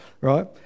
right